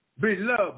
beloved